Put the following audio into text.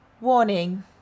Warning